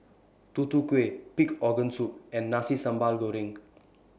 Tutu Kueh Pig Organ Soup and Nasi Sambal Goreng